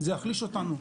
זה יחליש אותנו.